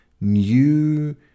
new